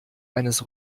eines